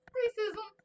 racism